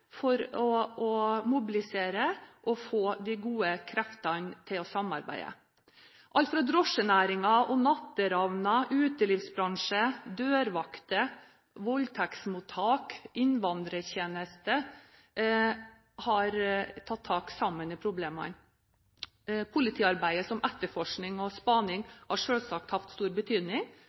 sammen for å mobilisere og få de gode kreftene til å samarbeide – alt fra drosjenæringen, natteravnene, utelivsbransjen, dørvaktene, voldtektsmottak til innvandrertjenesten har sammen tatt tak i problemene. Politiarbeid, som etterforskning og spaning, har selvsagt hatt stor betydning,